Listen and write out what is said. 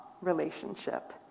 relationship